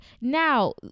Now